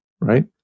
right